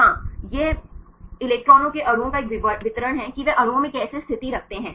हाँ यह इलेक्ट्रॉनों के अणुओं का एक वितरण है कि वे अणुओं में कैसे स्थिति रखते हैं